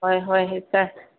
ꯍꯣꯏ ꯍꯣꯏ ꯍꯣꯏ ꯁꯥꯔ